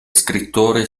scrittori